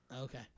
Okay